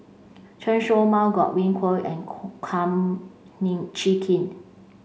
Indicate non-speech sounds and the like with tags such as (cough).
Chen Show Mao Godwin Koay and (unintelligible) Kum Chee Kin